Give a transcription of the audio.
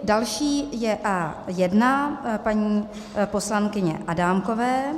Další je A1 paní poslankyně Adámkové.